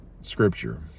Scripture